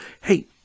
Hey